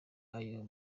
ayo